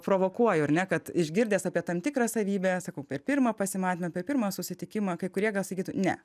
provokuoju ar ne kad išgirdęs apie tam tikrą savybę sakau per pirmą pasimatymą per pirmą susitikimą kai kurie sakytų ne